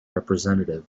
representative